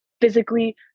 physically